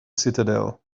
citadel